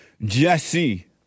Jesse